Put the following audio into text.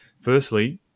Firstly